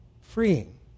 freeing